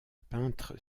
peintre